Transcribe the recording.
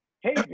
Hey